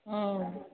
ꯎꯝ